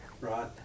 Right